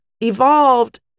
evolved